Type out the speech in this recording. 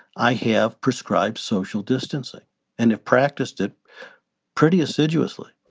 i have prescribed social distancing and have practiced it pretty assiduously